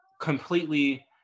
completely